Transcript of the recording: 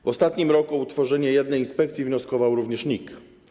W ostatnim roku o utworzenie jednej inspekcji wnioskował również NIK.